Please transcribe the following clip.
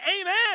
amen